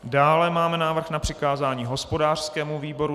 Dále máme návrh na přikázání hospodářskému výboru.